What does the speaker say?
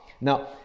Now